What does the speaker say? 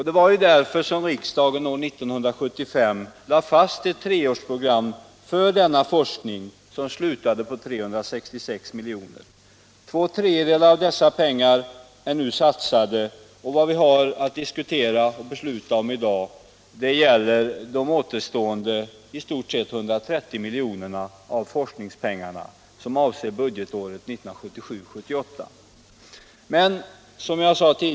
Det var därför som riksdagen 1975 lade fast ett treårsprogram för energiforskning som slutade på 366 milj.kr. Två tredjedelar av dessa pengar är nu satsade, och vad vi i dag har att diskutera och besluta om i riksdagen gäller i stort sett de återstående 130 miljoner av forskningspengarna som avser budgetåret 1977/78.